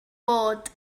bod